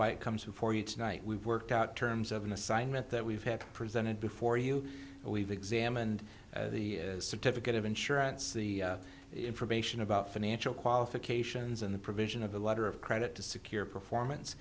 why it comes before you tonight we've worked out terms of an assignment that we've had presented before you we've examined the certificate of insurance the information about financial qualifications and the provision of a letter of credit to secure performance